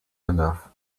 enough